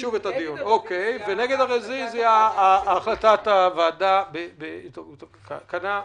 נגד פירושו שהחלטת הוועדה על כנה.